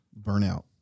Burnout